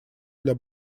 для